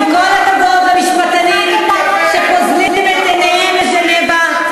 עם כל הכבוד למשפטנים שפוזלים את עיניהם לז'נבה,